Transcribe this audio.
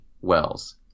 Wells